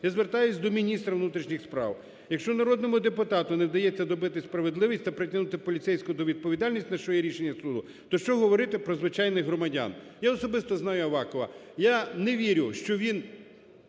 Я звертаюсь до міністра внутрішніх справ. Якщо народному депутату не вдається добитись справедливості та притягнути поліцейського до відповідальності, на що є рішення суду, то що говорити про звичайних громадян. Я особисто знаю Авакова. Я не вірю, що він